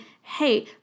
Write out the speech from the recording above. hey